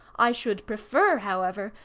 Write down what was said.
i should prefer, however,